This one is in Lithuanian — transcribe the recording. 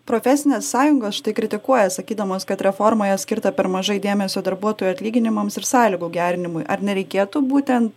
profesinės sąjungos štai kritikuoja sakydamos kad reformoje skirta per mažai dėmesio darbuotojų atlyginimams ir sąlygų gerinimui ar nereikėtų būtent